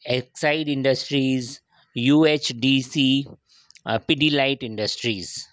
Exide Industries U H D C P D light industries